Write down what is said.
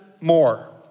more